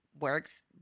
works